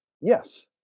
Yes